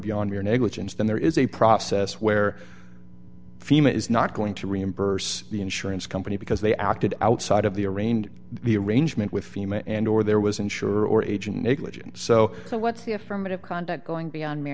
beyond mere negligence then there is a process where fema is not going to reimburse the insurance company because they acted outside of the arraigned the arrangement with female and or there was insurer or agent negligence so what's the affirmative conduct going beyond me